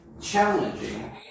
challenging